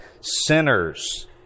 sinners